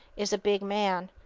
is a big man.